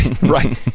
right